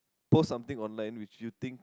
post something online which you think